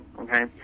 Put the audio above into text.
okay